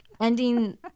ending